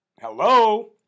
hello